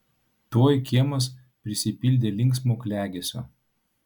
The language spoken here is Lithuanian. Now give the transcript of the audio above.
tuoj kiemas prisipildė linksmo klegesio